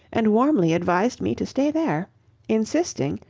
and warmly advised me to stay there insisting,